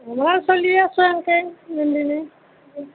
মই চলি আছোঁ এংকে যেনতেনে